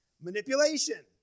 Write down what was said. Manipulation